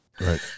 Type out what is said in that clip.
right